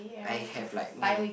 I have like more than